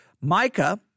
Micah